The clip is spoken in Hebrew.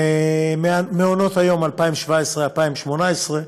מעונות-היום 2017 2018,